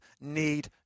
need